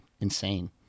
insane